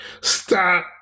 Stop